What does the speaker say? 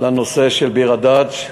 לנושא של ביר-הדאג',